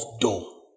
dough